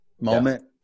moment